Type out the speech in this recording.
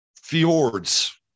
fjords